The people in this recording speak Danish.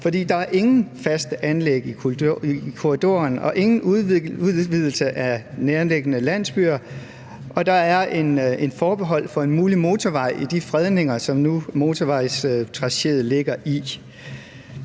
der er ingen faste anlæg i korridoren og ingen udvidelse af nærliggende landsbyer, og der er et forbehold for en mulig motorvej i de fredninger, som motorvejstracéet ligger i.